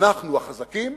אנחנו החזקים.